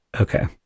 Okay